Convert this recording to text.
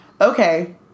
okay